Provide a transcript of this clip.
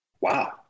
Wow